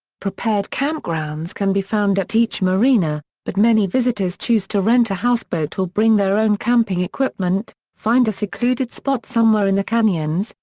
prepared campgrounds can be found at each marina, but many visitors choose to rent a houseboat or bring their own camping equipment, find a secluded spot somewhere in the canyons,